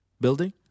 building